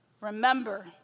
remember